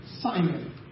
Simon